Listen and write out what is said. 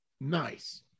Nice